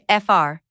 FR